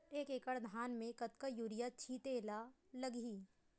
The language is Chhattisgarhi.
एक एकड़ धान में कतका यूरिया छिंचे ला लगही?